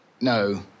no